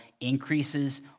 increases